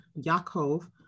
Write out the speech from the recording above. Yaakov